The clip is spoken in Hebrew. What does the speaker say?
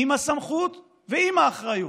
עם הסמכות ועם האחריות,